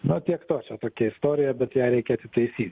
nu tiek to čia tokia istorija bet ją reikia atitaisyt